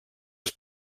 les